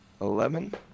eleven